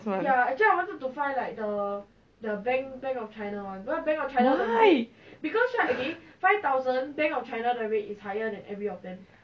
!wah! !huh!